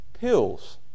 pills